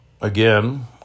again